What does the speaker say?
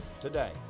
today